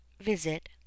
visit